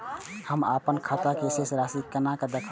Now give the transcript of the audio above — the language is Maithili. हम अपन खाता के शेष राशि केना देखब?